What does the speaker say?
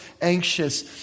anxious